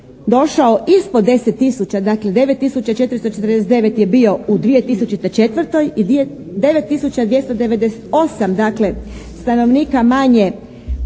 došao ispod 10 tisuća dakle 9 tisuća 449 je bio u 2004. i 9298 dakle stanovnika manje